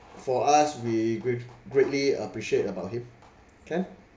for us we gre~ greatly appreciate about him can